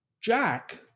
Jack